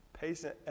Patient